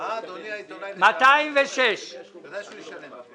חושב שמישהו שיקר.